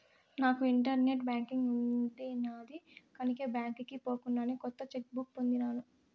నాకు internet banking ఉండిన్నాది కనుకే బాంకీకి పోకుండానే కొత్త చెక్ బుక్ పొందినాను